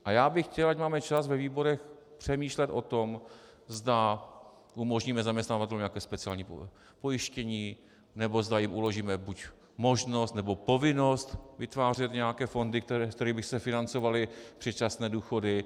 A já bych chtěl, ať máme čas ve výborech přemýšlet o tom, zda umožníme zaměstnavatelům nějaké speciální pojištění, nebo zda jim uložíme buď možnost, nebo povinnost vytvářet nějaké fondy, ze kterých by se financovaly předčasné důchody.